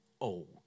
old